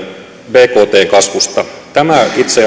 bktn kasvusta tämähän itse